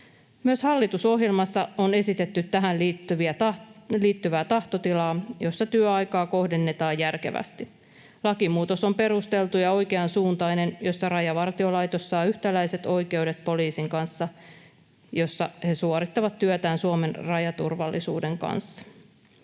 Myös hallitusohjelmassa on esitetty tähän liittyvää tahtotilaa, jossa työaikaa kohdennetaan järkevästi. Tämä on perusteltu ja oikeansuuntainen lakimuutos, jossa Rajavartiolaitos saa yhtäläiset oikeudet poliisin kanssa ja jossa he suorittavat työtään Suomen rajaturvallisuuden kanssa.